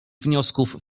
wniosków